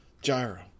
Gyro